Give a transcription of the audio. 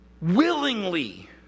willingly